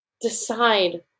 decide